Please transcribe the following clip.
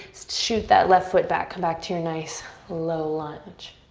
shoot that left foot back, come back to your nice low lunge.